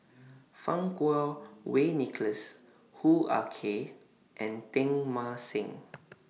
Fang Kuo Wei Nicholas Hoo Ah Kay and Teng Mah Seng